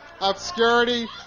obscurity